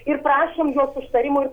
ir prašom jos užtarimo ir